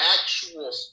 actual